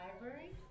Library